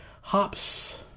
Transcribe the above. Hops